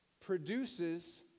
produces